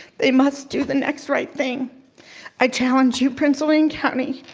they must do the next right thing i challenge you, prince william county,